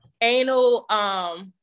anal